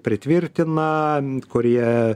pritvirtina ant kurie